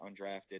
undrafted